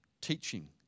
teaching